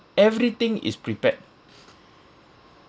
everything is prepared